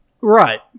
right